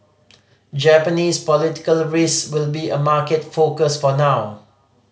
Japanese political risk will be a market focus for now